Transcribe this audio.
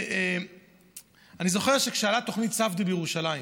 אני זוכר שכשעלתה תוכנית ספדי בירושלים